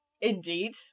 Indeed